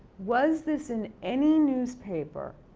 was this in any newspaper,